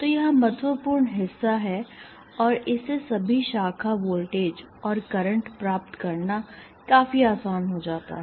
तो यह महत्वपूर्ण हिस्सा है और इससे सभी शाखा वोल्टेज और करंट प्राप्त करना काफी आसान हो जाता है